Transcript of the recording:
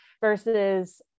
versus